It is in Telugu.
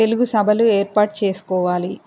తెలుగు సభలు ఏర్పాటు చేసుకోవాలి